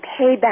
payback